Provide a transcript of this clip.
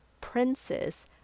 princess